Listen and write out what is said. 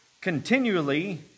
continually